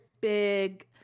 big